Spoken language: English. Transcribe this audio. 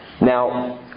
Now